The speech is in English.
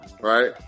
right